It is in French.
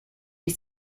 est